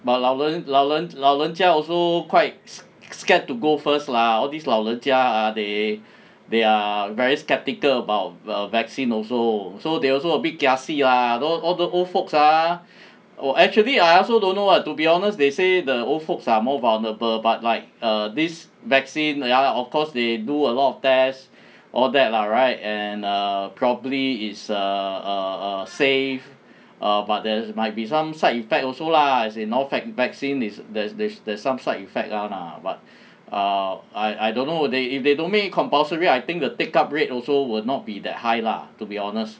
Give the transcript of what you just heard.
but 老人老人老人家 also quite sc~ scared to go first lah all these 老人家 ah they they are very skeptical about the vaccine also so they also a bit kia si lah don't all the old folks ah oh actually I also don't know what to be honest they say the old folks are more vulnerable but like err this vaccine ya lah of course they do a lot of test all that lah right and err properly it's err err err safe err there might be some side effect also lah as in all vac~ vaccine is there's there's some side effect [one] lah but err I I don't know they if they don't make it compulsory I think the take up rate also will not be that high lah to be honest